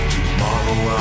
Tomorrow